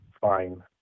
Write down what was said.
fine